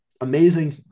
amazing